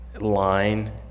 line